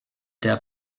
der